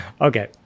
Okay